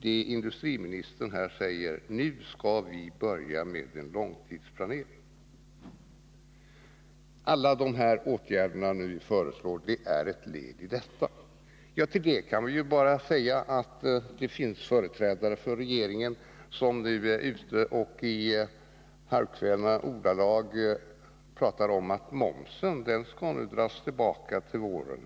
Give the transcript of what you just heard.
som industriministern säger att man skall börja med en långtidsplanering. Alla de åtgärder som ni föreslår skall vara ett led i denna. Till detta kan man säga att det finns företrädare för regeringen som nu är ute och i halvkvävda ordalag talar om att momsen eventuellt skall dras tillbaka till våren.